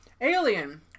Alien